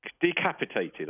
decapitated